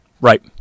Right